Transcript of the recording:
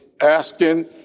asking